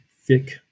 thick